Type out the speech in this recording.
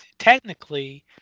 technically